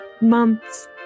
months